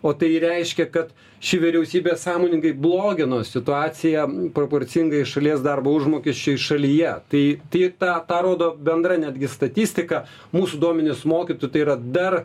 o tai reiškia kad ši vyriausybė sąmoningai blogino situaciją proporcingai šalies darbo užmokesčiui šalyje tai tai tą rodo bendra netgi statistika mūsų duomenis mokytojų tai yra dar